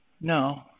no